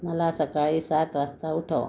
मला सकाळी सात वाजता उठव